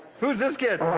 who's this kid?